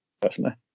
personally